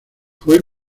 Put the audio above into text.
fue